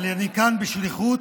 אבל אני כאן בשליחות.